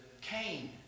Cain